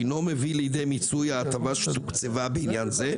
אינו מביא ליידי מיצוי ההטבה שתוקצבה בעניין זה,